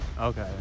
Okay